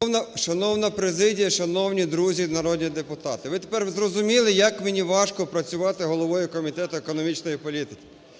13:35:22 ІВАНЧУК А.В. Шановна президія, шановні друзі народні депутати, ви тепер зрозуміли, як мені важко працювати головою Комітету економічної політики.